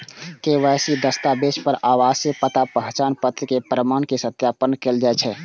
KYC दस्तावेज मे आवासीय पता, पहचान पत्र के प्रमाण के सत्यापन कैल जाइ छै